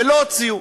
ולא הוציאו.